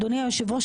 אדוני היושב ראש,